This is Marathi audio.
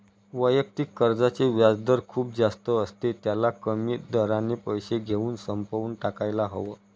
वैयक्तिक कर्जाचे व्याजदर खूप जास्त असते, त्याला कमी दराने पैसे घेऊन संपवून टाकायला हव